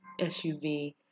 SUV